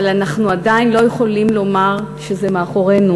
אבל אנחנו לא יכולים לומר שזה מאחורינו,